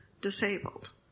disabled